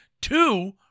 two